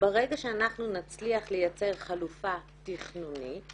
ברגע שאנחנו נצליח לייצר חלופה תכנונית